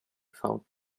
without